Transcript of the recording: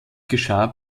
geschah